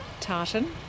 tartan